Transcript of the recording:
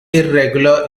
irregular